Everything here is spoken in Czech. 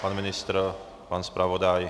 Pan ministr, pan zpravodaj?